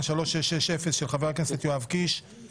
של ח"כ מיכאל מלכיאלי וקבוצת חברי כנסת